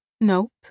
nope